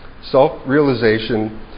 self-realization